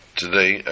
today